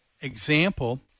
example